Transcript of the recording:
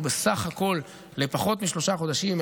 הוא בסך הכול לפחות משלושה חודשים,